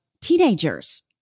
teenagers